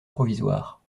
provisoire